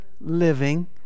living